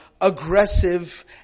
aggressive